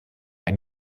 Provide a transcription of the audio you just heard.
ein